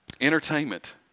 Entertainment